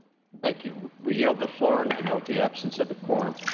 thank you. we yield the floor and i note the absence of a quorum.